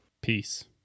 Peace